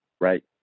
right